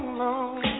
long